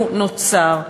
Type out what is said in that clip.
הוא נוצר?